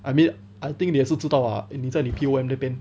I mean I think they also 知道 lah 你在你 P_O_M 那边